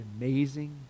amazing